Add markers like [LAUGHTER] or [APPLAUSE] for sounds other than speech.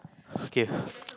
okay [BREATH]